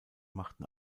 machten